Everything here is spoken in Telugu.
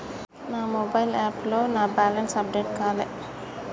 నా మొబైల్ యాప్లో నా బ్యాలెన్స్ అప్డేట్ కాలే